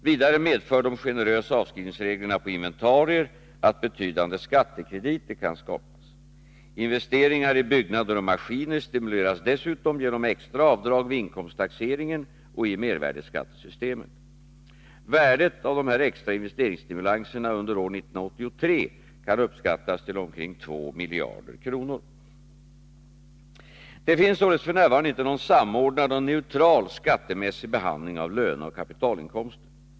Vidare medför de generösa avskrivningsreglerna på inventarier att betydande skattekrediter kan skapas. Investeringar i byggnader och maskiner stimuleras dessutom genom extra avdrag vid inkomsttaxeringen och i mervärdeskattesystemet. Värdet av dessa extra investeringsstimulanser under år 1983 kan uppskattas till omkring 2 miljarder kronor. Det finns således f. n. inte någon samordnad och neutral skattemässig behandling av löneoch kapitalinkomster.